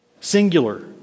singular